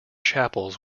chapels